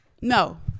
No